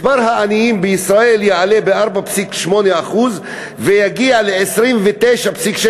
מספר העניים בישראל יעלה ב-4.8% ויגיע ל-29.6%.